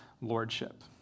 lordship